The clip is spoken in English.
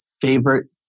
favorite